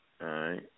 right